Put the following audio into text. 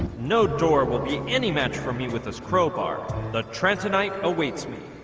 no door will be any match for me with this crowbar the tran tonight awaits me